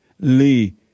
Lee